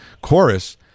chorus